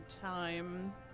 time